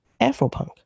afropunk